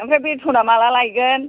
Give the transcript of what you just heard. ओमफ्राय बेथ'ना माला लायगोन